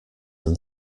than